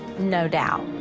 no doubt,